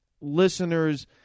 listeners